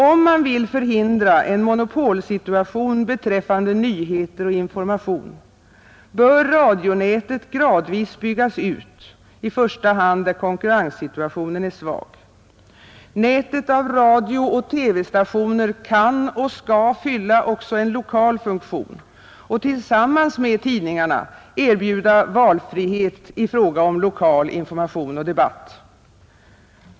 Om man vill förhindra en monopolsituation beträffande nyheter och information, bör radionätet gradvis byggas ut, i första hand där konkurrenssituationen är svag. Nätet av radiooch TV-stationer kan och skall fylla också en lokal funktion och tillsammans med tidningarna erbjuda valfrihet i fråga om lokal information och debatt.